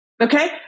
Okay